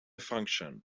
function